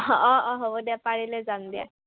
অঁ অঁ হ'ব দিয়া পাৰিলে যাম দিয়া